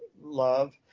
love